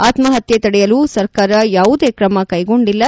ಆತ್ಮಹತ್ಯೆ ತಡೆಯಲು ಸರ್ಕಾರ ಯಾವುದೇ ಕ್ರಮಕೈಗೊಂಡಿಲ್ಲ